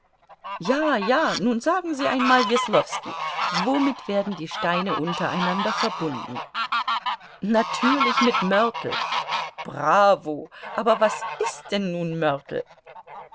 ja ja nun sagen sie einmal weslowski womit werden die steine untereinander verbunden natürlich mit mörtel bravo aber was ist denn nun mörtel